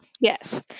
Yes